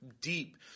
deep